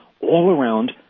all-around